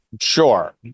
sure